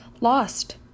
lost